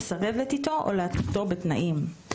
לסרב לתתו או להתנותו בתנאים.